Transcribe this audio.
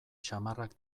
samarrak